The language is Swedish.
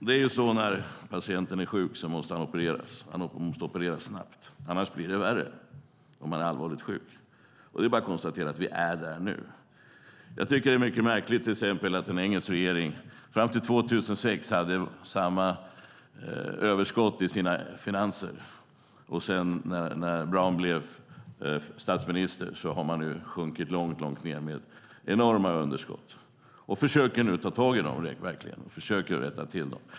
Herr talman! När patienten är allvarligt sjuk måste han opereras snabbt, annars blir det värre. Det är bara att konstatera att vi är där nu. Det är mycket märkligt att den engelska regeringen fram till 2006 hade överskott i sina finanser, men när Brown blev premiärminister sjönk man långt ned med enorma underskott. Nu försöker man ta tag i det och rätta till det.